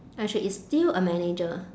and she is still a manager